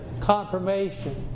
confirmation